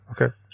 Okay